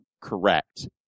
correct